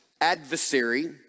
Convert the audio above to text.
adversary